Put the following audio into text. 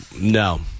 No